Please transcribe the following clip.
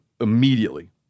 immediately